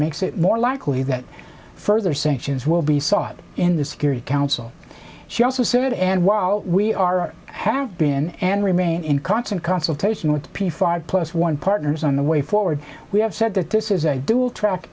makes it more likely that further sanctions will be sought in the security council she also said it and while we are have been and remain in constant consultation with the p five plus one partners on the way forward we have said that this is a dual track